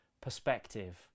perspective